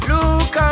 Look